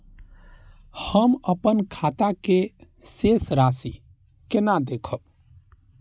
हम अपन खाता के शेष राशि केना देखब?